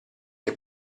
che